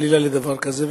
לדבר כזה,